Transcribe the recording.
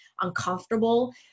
uncomfortable